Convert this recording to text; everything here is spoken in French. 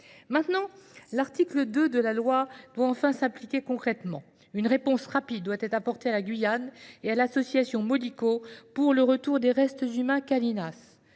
Maintenant, l'article 2 de la loi doit enfin s'appliquer concrètement. Une réponse rapide doit être apportée à la Guyane et à l'association Modico pour le retour des restes humains Calinas.